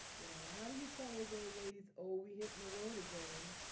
you know how do you tell those old ladies, oh, we're hitting the road again.